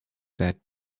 that